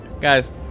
Guys